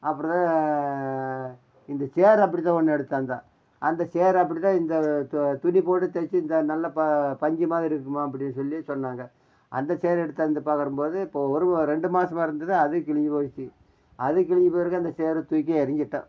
அப்படிதான் இந்த ச்சேர் அப்படிதான் ஒன்று எடுத்தாந்தன் அந்த ச்சேரு அப்படிதான் இந்த து துணி போட்டு தைச்சி இந்த நல்ல பா பஞ்சு மாதிரி இருக்குதுமா அப்படின்னு சொல்லி சொன்னாங்க அந்த ச்சேரு எடுத்தாந்து பார்க்கறம்போது இப்போது ஒரு ரெண்டு மாசமாக இருந்தது அதுவும் கிழிஞ்சு போச்சு அதுவும் கிழிஞ்சு பிறகு அந்த ச்சேரு தூக்கி எறிஞ்சுட்டேன்